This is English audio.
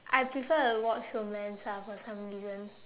I prefer to watch romance ah for some reason